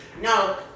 no